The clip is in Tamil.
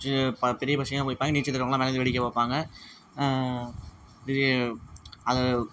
சி ப பெரிய பசங்கள்லாம் குளிப்பாங்க நீச்சல் தெரியாதவங்கள்லாம் மேலேருந்து வேடிக்கைப் பார்ப்பாங்க பெரிய அது